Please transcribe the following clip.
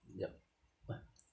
yup